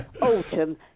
Autumn